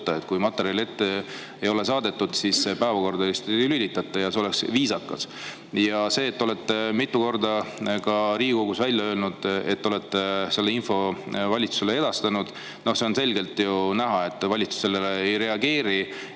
kui materjali ette ei ole saadetud, siis seda [punkti] päevakorda ei lülitata. See oleks viisakas. Ja see, te olete mitu korda selle ka Riigikogus välja öelnud, et olete selle info valitsusele edastanud – noh, on selgelt näha, et valitsus sellele ei reageeri.